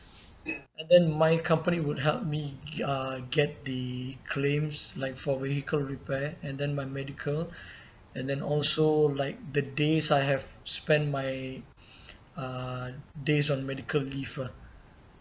and then my company would help me uh get the claims like for vehicle repair and then my medical and then also like the days I have spent my uh days on medical leave ah